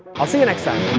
i'll see you next time